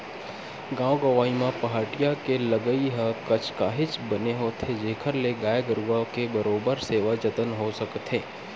गाँव गंवई म पहाटिया के लगई ह काहेच बने होथे जेखर ले गाय गरुवा के बरोबर सेवा जतन हो सकथे